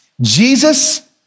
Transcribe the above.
Jesus